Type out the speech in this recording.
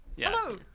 Hello